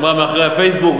היא אמרה: מאחורי הפייסבוק,